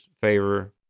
favor